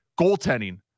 goaltending